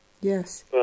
Yes